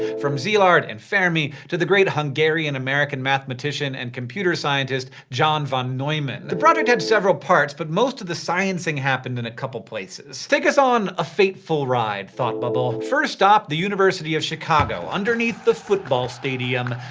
from szilard and fermi to the great hungarian-american mathematician and computer scientist, john von neumann. the project had several different parts, but most of the science-ing happened in a couple of places. take us on a fateful ride, thoughtbubble first stop the university of chicago underneath the football stadium.